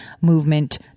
movement